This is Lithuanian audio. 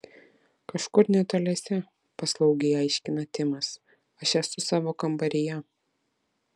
kažkur netoliese paslaugiai aiškina timas aš esu savo kambaryje